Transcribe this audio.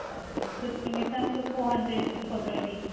okay सुकी मिरसांग तुका फो हंड्रेड बी पोडटली